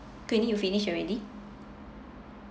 queenie you finished already